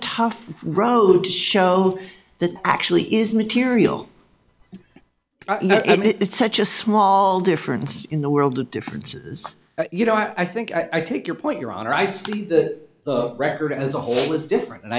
tough road to show that actually is material i know it's such a small difference in the world of difference or you know i think i take your point your honor i see that the record as a whole is different and